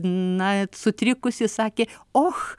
na sutrikusi sakė oh